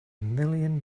million